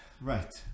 right